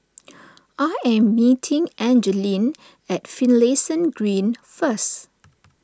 I am meeting Angeline at Finlayson Green first